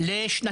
השאלה שלי, א.